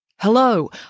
Hello